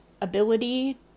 ability